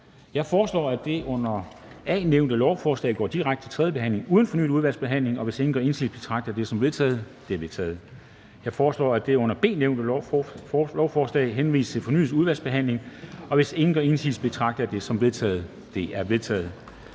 Jeg foreslår, at det under A nævnte lovforslag går direkte til tredje behandling uden fornyet udvalgsbehandling. Hvis ingen gør indsigelse, betragter jeg dette som vedtaget. Det er vedtaget. Jeg foreslår, at det under B nævnte lovforslag henvises til fornyet udvalgsbehandling. Hvis ingen gør indsigelse, betragter jeg dette som vedtaget. Det er vedtaget.